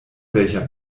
welcher